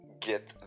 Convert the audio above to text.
get